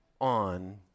on